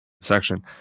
section